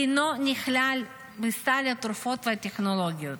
אינו נכלל בסל התרופות והטכנולוגיות.